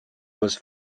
was